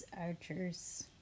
Archers